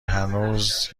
هنوز